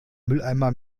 mülleimer